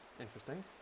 Interesting